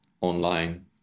online